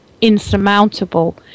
insurmountable